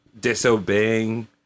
disobeying